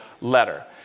letter